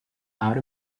out